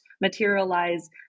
materialize